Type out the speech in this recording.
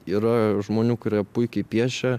yra žmonių kurie puikiai piešia